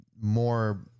more